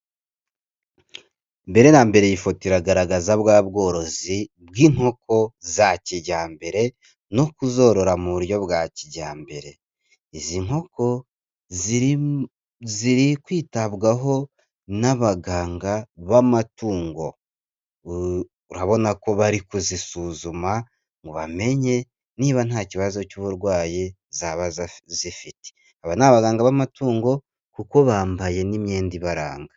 Mbere na mbere iyi foto iragaragaza bwa bworozi bw'inkoko za kijyambere no kuzorora mu buryo bwa kijyambere, izi nkoko ziri kwitabwaho n'abaganga b'amatungo, urabona ko bari kuzisuzuma ngo bamenye niba nta kibazo cy'uburwayi zaba zifite, aba ni abaganga b'amatungo kuko bambaye n'imyenda ibaranga.